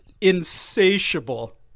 Insatiable